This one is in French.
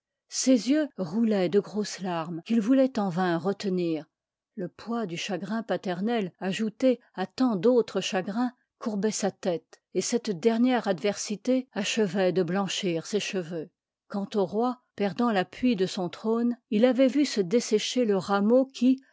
ses yeuxrouloient de grosses larmç qu'il voulpit en vain retenir le poids du chagrin paternel ajouté àjant d'autres qbagrins cpurbqt s tête et cette dernièrç dversit achevoitdeyt çhir srheyeup quant ip jij p l'appui de son trône il avait vu se dessécher le rameau qui